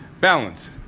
balance